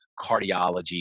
cardiology